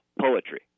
poetry